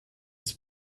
his